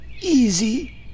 easy